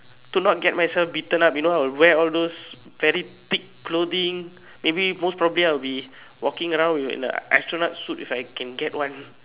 to not get myself beaten up you know I'll wear all those very big clothing maybe most probably I will be walking around with in a astronaut suit if I can get one